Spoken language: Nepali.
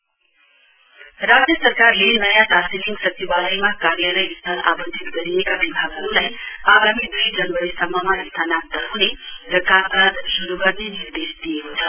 सेक्रेटेरियट राज्य सरकारले नयाँ टाशिलिङ सचिवाटयमा कार्यलयस्थल आंबटित गरिएको विभागहरुलाई आगामी दुई जनवरीसम्ममा स्थानान्तर ह्ने र कामकाज शुरु गर्ने निर्देशक दिएको छ